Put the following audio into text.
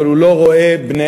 אבל הוא לא רואה בני-אדם.